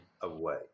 away